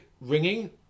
ringing